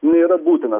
nėra būtinas